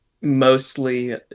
mostly